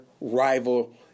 rival